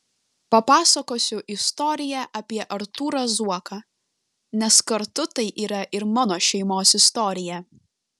papasakosiu istoriją apie artūrą zuoką nes kartu tai yra ir mano šeimos istorija